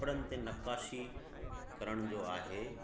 कपिड़नि ते नक्काशी करण जो आहे